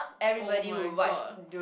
oh-my-God